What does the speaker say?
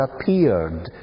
appeared